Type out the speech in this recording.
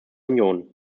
union